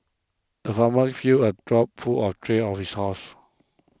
the farmer filled a trough full of hay for his horses